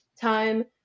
time